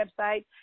website